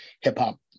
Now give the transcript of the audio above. hip-hop